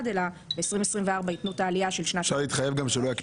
אלא ב-2024 יתנו את העלייה של שנת -- תחילה3.